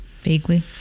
Vaguely